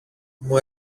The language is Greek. μου